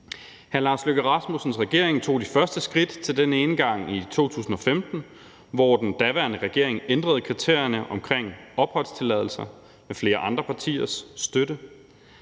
Hr. Lars Løkke Rasmussens regering tog de første skridt til den enegang i 2015, hvor den daværende regering ændrede kriterierne for opholdstilladelser med flere andre partiers støtte,